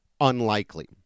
unlikely